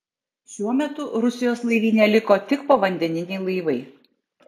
šiuo metu rusijos laivyne liko tik povandeniniai laivai